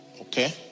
Okay